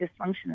dysfunction